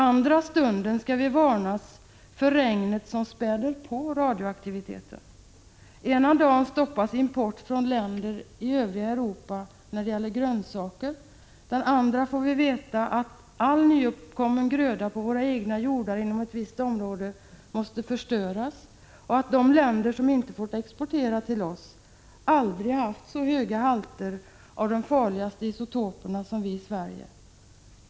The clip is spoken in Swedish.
Andra stunden skall vi varnas för regnet som späder på radioaktiviteten. Ena dagen stoppas import av grönsaker från länder i övriga Europa. Andra dagen får vi veta att all nyuppkommen gröda på våra egna jordar inom ett visst område måste förstöras och att de länder som inte fått exportera till oss aldrig haft så höga halter av de farligaste isotoperna som vi har i Sverige.